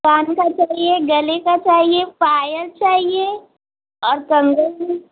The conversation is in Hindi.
कान का चाहिए गले का चाहिए पायल चाहिए और कंगन भी